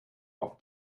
auf